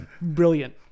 brilliant